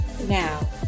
Now